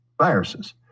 viruses